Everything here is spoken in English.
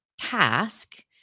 task